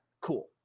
Cool